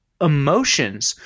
emotions